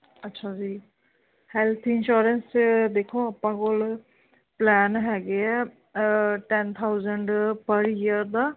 ਅੱਛਾ ਜੀ health insurance ਦੇਖੋ ਆਪਾਂ ਕੋਲ ਪਲੈਨ ਹੈਗੇ ਆ ਟੈਂਨ ਥਾਊਜੈਂਟ ਪਰ ਈਅਰ ਦਾ